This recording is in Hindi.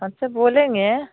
अच्छा बोलेंगे